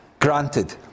granted